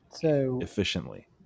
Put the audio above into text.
efficiently